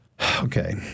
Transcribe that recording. Okay